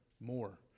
more